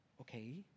okay